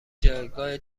جایگاه